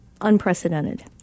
unprecedented